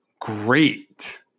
great